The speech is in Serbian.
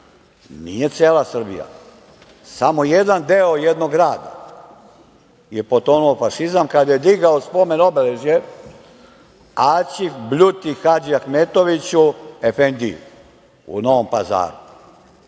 Nije cela Srbija, samo jedan deo jednog grada je potonuo u fašizam kada je digao spomen obeležje Aćif Bljuti Hadžiehmetoviću efendiji u Novom Pazaru.